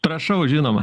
prašau žinoma